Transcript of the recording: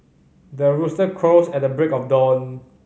the rooster crows at the break of dawn